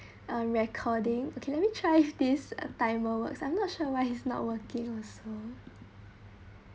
a recording okay let me try if this uh timer works I'm not sure why it's not workings